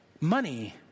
money